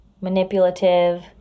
Manipulative